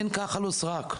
אין כחל ושרק.